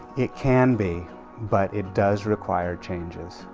it can be but it does require changes.